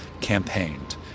campaigned